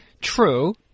true